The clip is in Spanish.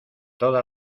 toda